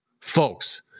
folks